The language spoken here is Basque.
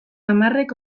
hamarrek